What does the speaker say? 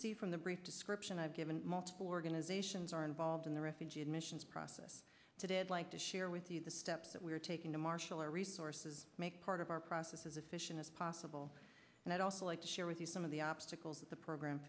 see from the brief description i've given multiple organizations are involved in the refugee admissions process today i'd like to share with you the steps that we are taking to marshal our resources make part of our process as efficient as possible and i'd also like to share with you some of the obstacles that the program